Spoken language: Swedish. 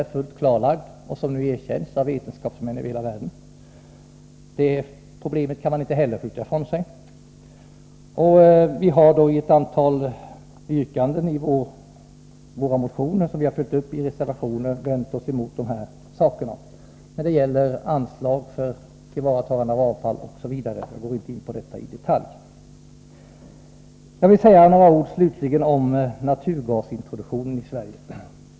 Den kopplingen är fullt klarlagd, och den erkänns numera av vetenskapsmän över hela världen. Inte heller det problemet kan man skjuta ifrån sig. I ett antal motionsyrkanden, vilka vi följt upp i reservationer, har vi vänt oss emot förhållandena när det gäller anslag för tillvaratagande av avfall etc. Jag skall inte i detalj gå in på dessa saker. Slutligen vill jag säga några ord om naturgasintroduktionen i Sverige.